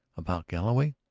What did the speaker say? about galloway?